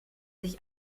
sich